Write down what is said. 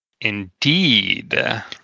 Indeed